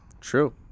True